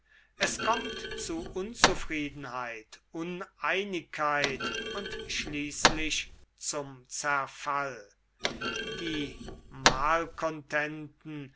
es kommt zu unzufriedenheit uneinigkeit und schließlich zum zerfall die